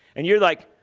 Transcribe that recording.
and you're like,